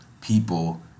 people